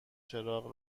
چراغ